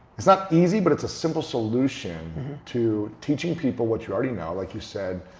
it's not easy, but it's a simple solution to teaching people what you already know, like you said,